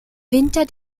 winter